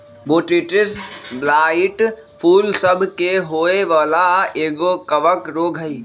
Botrytis blight फूल सभ के होय वला एगो कवक रोग हइ